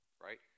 Right